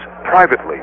privately